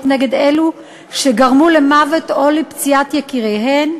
נגד אלו שגרמו למוות או לפציעה של יקיריהן.